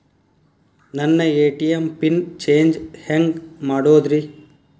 ನನ್ನ ATM pin change ಹೆಂಗ್ ಮಾಡೋದ್ರಿ?